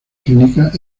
clínicas